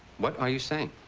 what are you sing?